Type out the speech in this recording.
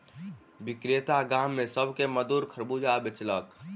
विक्रेता गाम में सभ के मधुर खरबूजा बेचलक